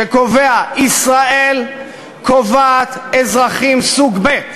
שקובע: ישראל קובעת אזרחים סוג ב'.